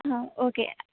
ആ ഓക്കെ